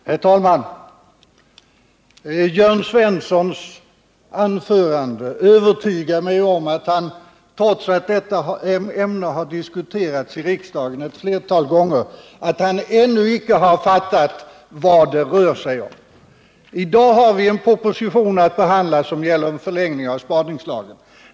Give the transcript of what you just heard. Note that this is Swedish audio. Herr talman! Jörn Svenssons anförande övertygar mig om att han —trots att detta ämne har diskuterats i riksdagen ett flertal gånger — ännu inte fattat vad det rör sig om. I dag har vi en proposition att behandla som gäller förlängd giltighet för spaningslagen.